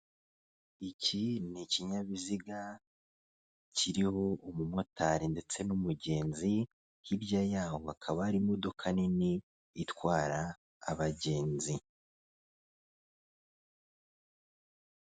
Iki ni ikinyabiziga kiriho umumotari ndetse n'umugenzi hirya yaho akaba ari imodoka nini itwara abagenzi.